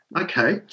okay